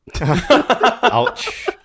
Ouch